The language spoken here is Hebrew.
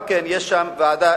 גם יש שם ועדה